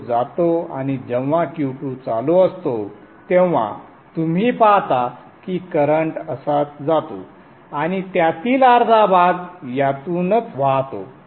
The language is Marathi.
तो जातो आणि जेव्हा Q2 चालू असतो तेव्हा तुम्ही पाहता की करंट असाच जातो आणि त्यातील अर्धा भाग यातूनच वाहतो